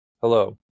Hello